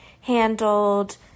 handled